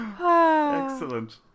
Excellent